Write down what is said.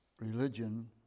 religion